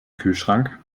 kühlschrank